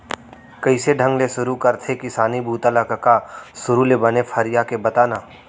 कइसे ढंग ले सुरू करथे किसानी बूता ल कका? सुरू ले बने फरिया के बता न